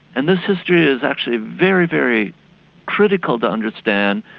and this history is actually very, very critical to understand,